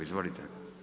Izvolite.